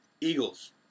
Eagles